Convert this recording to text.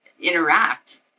interact